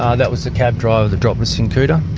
ah that was the cab driver that dropped us in kuta,